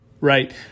Right